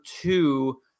two